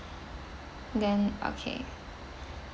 then okay